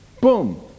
boom